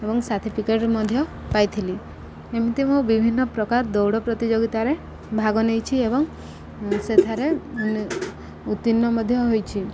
ଏବଂ ସାର୍ଟିଫିକେଟ୍ ମଧ୍ୟ ପାଇଥିଲି ଏମିତି ମୁଁ ବିଭିନ୍ନ ପ୍ରକାର ଦୌଡ଼ ପ୍ରତିଯୋଗିତାରେ ଭାଗ ନେଇଛି ଏବଂ ସେଠାରେ ଉତ୍ତୀର୍ଣ୍ଣ ମଧ୍ୟ ହୋଇଛି